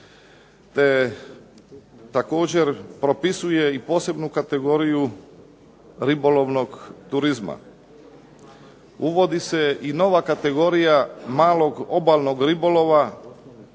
Te također propisuje i posebnu kategoriju ribolovnog turizma. Uvodi se i nova kategorija malog obalnog ribolova